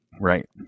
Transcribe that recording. Right